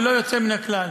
בלא יוצא מן הכלל.